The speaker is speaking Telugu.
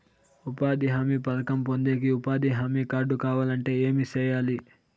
ఉపాధి హామీ పథకం పొందేకి ఉపాధి హామీ కార్డు కావాలంటే ఏమి సెయ్యాలి?